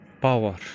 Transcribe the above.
power